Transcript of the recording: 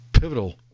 pivotal